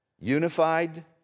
unified